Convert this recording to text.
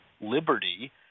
liberty